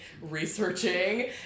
researching